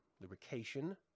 lubrication